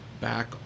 back